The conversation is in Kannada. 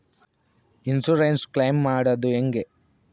ಇನ್ಸುರೆನ್ಸ್ ಕ್ಲೈಮ್ ಮಾಡದು ಹೆಂಗೆ?